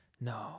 No